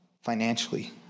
financially